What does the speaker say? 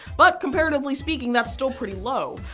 but comparatively speaking that's still pretty low.